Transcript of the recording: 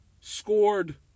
Scored